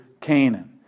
Canaan